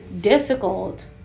difficult